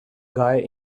guy